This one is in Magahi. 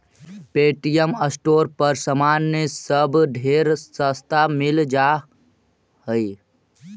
पे.टी.एम स्टोर पर समान सब ढेर सस्ता मिल जा हई